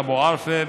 אבו ערפה,